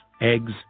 eggs